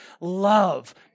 love